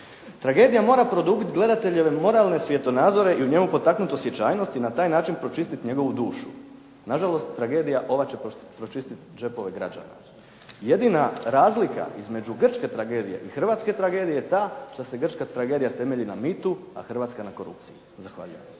Tragedija mora produbiti gledateljeve moralne svjetonazore i u njemu potaknut osjećajnost i na taj način pročistit njegovu dušu. Nažalost, tragedija ova će pročistit džepove građana. Jedina razlika između grčke tragedije i hrvatske tragedije je ta što se grčka tragedija temelji na mitu, a hrvatska na korupciji. Zahvaljujem.